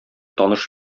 таныш